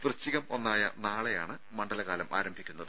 വൃശ്ചികം ഒന്നായ നാളെയാണ് മണ്ഡലകാലം ആരംഭിക്കുന്നത്